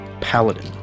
paladin